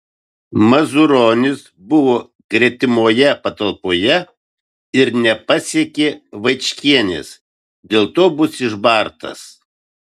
mazuronis buvo gretimoje patalpoje ir nepasiekė vaičkienės dėl to bus išbartas